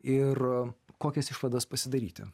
ir kokias išvadas pasidaryti